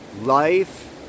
life